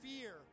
fear